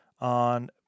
on